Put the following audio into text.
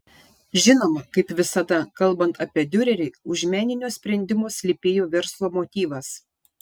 žinoma kaip visada kalbant apie diurerį už meninio sprendimo slypėjo verslo motyvas